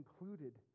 included